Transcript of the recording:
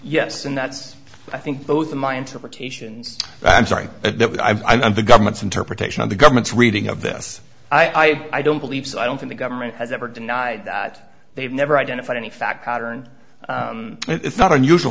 yes and that's i think both of my into her titian's i'm sorry if i'm the government's interpretation of the government's reading of this i don't believe so i don't think the government has ever denied that they've never identified any fact pattern it's not unusual